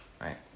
Right